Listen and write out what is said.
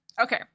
Okay